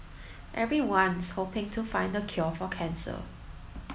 everyone's hoping to find the cure for cancer